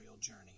journey